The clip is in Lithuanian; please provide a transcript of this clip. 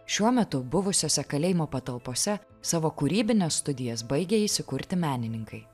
šiuo metu buvusiose kalėjimo patalpose savo kūrybines studijas baigia įsikurti menininkai